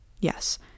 Yes